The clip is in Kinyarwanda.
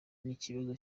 n’ikibazo